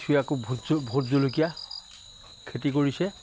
কিছুৱে আকৌ ভোট ভোট জলকীয়া খেতি কৰিছে